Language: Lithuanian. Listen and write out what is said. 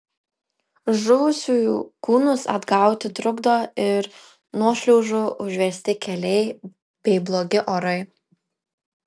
žuvusiųjų kūnus atgauti trukdo ir nuošliaužų užversti keliai bei blogi orai